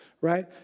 right